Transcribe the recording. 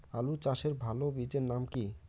আলু চাষের ভালো বীজের নাম কি?